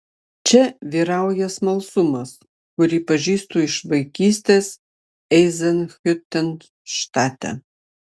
čia vyrauja smalsumas kurį pažįstu iš vaikystės eizenhiutenštate